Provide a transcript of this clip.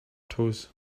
toes